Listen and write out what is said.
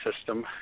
system